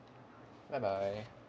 bye bye